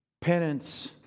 penance